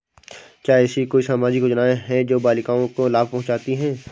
क्या ऐसी कोई सामाजिक योजनाएँ हैं जो बालिकाओं को लाभ पहुँचाती हैं?